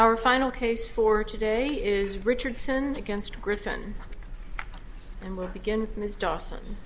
our final case for today is richardson against britain and we'll begin with ms dawson